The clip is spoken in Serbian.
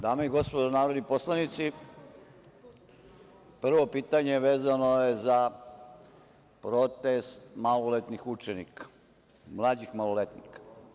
Dame i gospodo narodni poslanici, prvo pitanje vezano je za protest maloletnih učenika, mlađih maloletnika.